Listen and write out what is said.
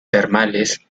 termales